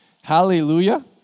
Hallelujah